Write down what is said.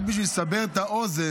רק בשביל לסבר את האוזן,